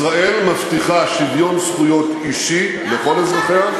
ישראל מבטיחה שוויון זכויות אישי לכל אזרחיה,